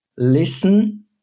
Listen